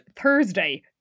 Thursday